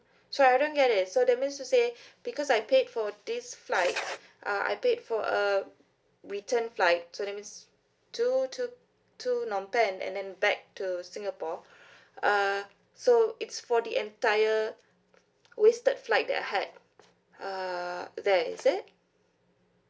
so I don't get it so that means to say because I paid for this flight uh I paid for a return flight so that means to to to phnom penh and then back to singapore uh so it's for the entire wasted flight that I had uh that is it